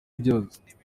byose